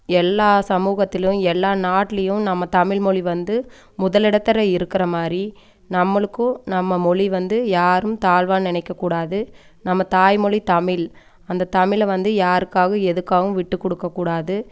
எல்லா சமூகத்திலும் எல்லா நாட்லேயும் நம்ம தமிழ் மொழி வந்து முதல் இடத்தல இருக்கிற மாதிரி நம்மளுக்கும் நம்ம மொழி வந்து யாரும் தாழ்வா நினைக்கக்கூடாது நம்ம தாய்மொழி தமிழ் அந்த தமிழை வந்து யாருக்காகவும் எதுக்காகவும் விட்டுக்கொடுக்கக்கூடாது